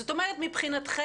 זאת אומרת שמבחינתכם